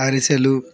అరిసెలు